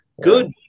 Good